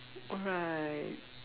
alright